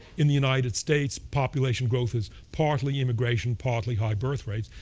in the united states, population growth is partly immigration, partly high birth rates.